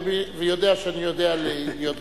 ויודע שאני יודע להיות גמיש.